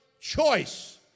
choice